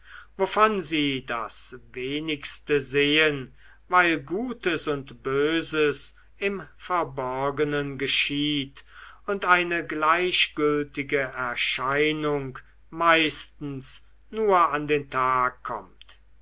wovon sie das wenigste sehen weil gutes und böses im verborgenen geschieht und eine gleichgültige erscheinung meistens nur an den tag kommt